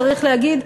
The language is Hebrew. צריך להגיד,